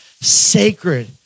sacred